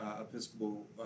Episcopal